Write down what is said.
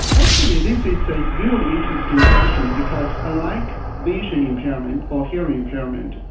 actually this is a really interesting question because unlike vision impairment or hearing impairment,